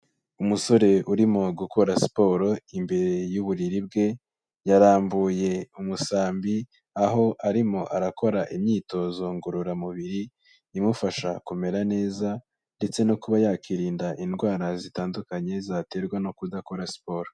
Umusore urimo gukora siporo imbere y'uburiri bwe, yarambuye umusambi aho arimo arakora imyitozo ngororamubiri imufasha kumera neza ndetse no kuba yakirinda indwara zitandukanye zaterwa no kudakora siporo.